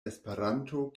esperanto